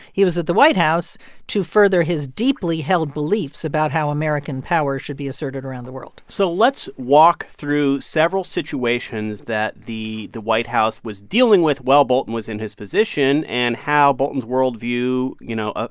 he was at the white house to further his deeply held beliefs about how american power should be asserted around the world so let's walk through several situations that the the white house was dealing with while bolton was in his position and how bolton's world view, you know, ah